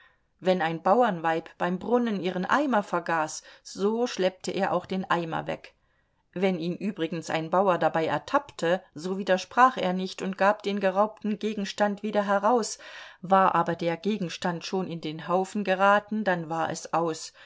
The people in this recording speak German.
wenn ein bauernweib beim brunnen ihren eimer vergaß so schleppte er auch den eimer weg wenn ihn übrigens ein bauer dabei ertappte so widersprach er nicht und gab den geraubten gegenstand wieder heraus war aber der gegenstand schon in den haufen geraten dann war es aus